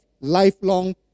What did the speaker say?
lifelong